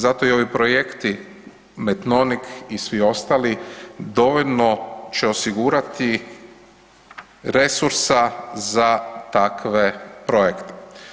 Zato i ovi projekti METMONIC i svi ostali dovoljno će osigurati resursa za takve projekte.